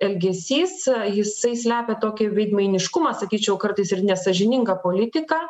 elgesys jisai slepia tokį veidmainiškumą sakyčiau kartais ir nesąžiningą politiką